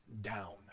down